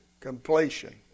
Completion